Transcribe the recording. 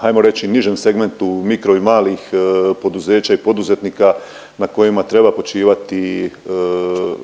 ajmo reći nižem segmentu mikro i malih poduzeća i poduzetnika na kojima treba počivati